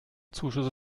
zuschüsse